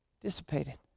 Dissipated